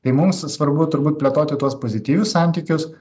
tai mums svarbu turbūt plėtoti tuos pozityvius santykius